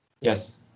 Yes